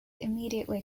immediately